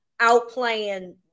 outplaying